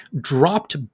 dropped